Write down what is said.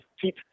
keep